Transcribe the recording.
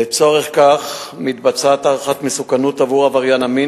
לצורך זה מתבצעת הערכת מסוכנות עבור עבריין המין